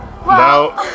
Now